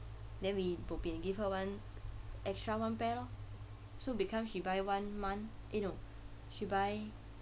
then we bopian give her one extra one pair lor so become she buy one month eh no she buy